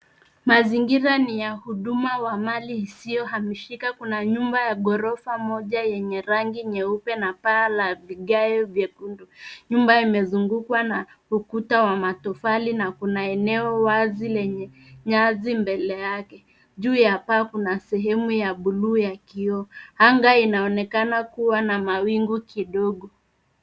Mazingira ni ya huduma wa mali isiyohamishika. Kuna nyumba ya ghorofa moja yenye rangi nyeupe na paa la vigae vyekundu. Nyumba imezungukwa na ukuta wa matofali na kuna eneo wazi lenye nyasi mbele yake. Juu ya paa kuna sehemu ya buluu ya kioo. Anga inaonekana kuwa na mawingu kidogo.